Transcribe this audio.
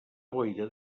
boira